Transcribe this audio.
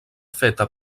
feta